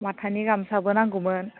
माथानि गामसाबो नांगौमोन